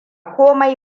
komai